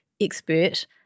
expert